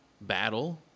battle